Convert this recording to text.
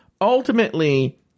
ultimately